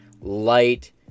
light